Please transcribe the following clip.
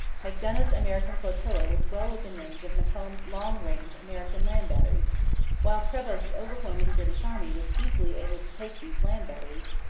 macdonough's american flotilla was well within range of macomb's long-range american land batteries while prevost's overwhelming british army was easily able to take these land batteries,